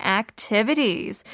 activities